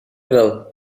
well